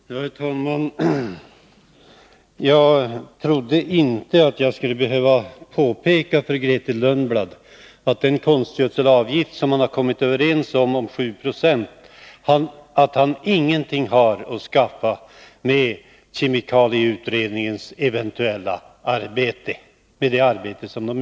Herr talman! Jag trodde inte att jag skulle behöva påpeka för Grethe Lundblad att den konstgödselavgift som man har kommit överens om på 7 Jo ingenting har att skaffa med det arbete som utförs i kemikalieutredningen.